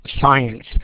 science